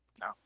No